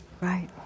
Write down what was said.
Right